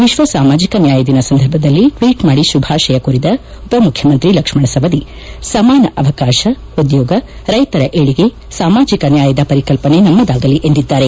ವಿಶ್ವ ಸಾಮಾಜಕ ನ್ಯಾಯ ದಿನ ಸಂದರ್ಭದಲ್ಲಿ ಟ್ವೀಟ್ ಮಾಡಿ ಶುಭಾಶಯ ಕೋರಿದ ಉಪಮುಖ್ಯಮಂತ್ರಿ ಲಕ್ಷ್ಮಣ ಸವದಿ ಸಮಾನ ಅವಕಾಶ ಉದ್ಯೋಗ ರೈತರ ಏಳಿಗೆ ಸಾಮಾಜಿಕ ನ್ಲಾಯದ ಪರಿಕಲ್ಪನೆ ನಮ್ಮದಾಗಲಿ ಎಂದಿದ್ದಾರೆ